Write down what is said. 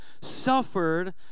suffered